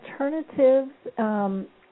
alternatives